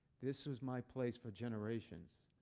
this was my place for generations.